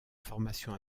formation